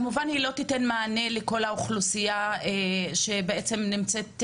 היא כמובן לא תיתן מענה לכל האוכלוסייה שצריכה מענה,